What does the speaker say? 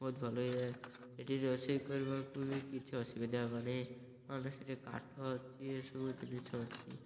ବହୁତ ଭଲ ହୋଇଯାଏ ସେଠି ରୋଷେଇ କରିବାକୁ ବି କିଛି ଅସୁବିଧା ମାନେ ମେ ସେଠି କାଠ ଅଛି ଏସବୁ ଜିନିଷ ଅଛି